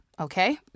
Okay